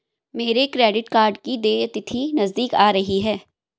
मेरे credit card की देय तिथि नज़दीक आ रही है